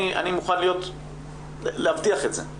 אני מוכן להבטיח את זה,